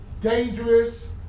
dangerous